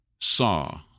saw